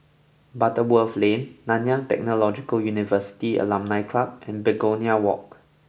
Butterworth Lane Nanyang Technological University Alumni Club and Begonia Walk